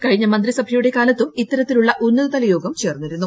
കഴിഞ്ഞ മന്ത്രിസഭയുടെ കാലത്തും ഇത്തരൃത്തിലുള്ള ഉന്നതതല യോഗം ചേർന്നിരുന്നു